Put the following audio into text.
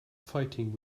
fighting